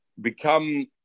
become